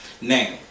now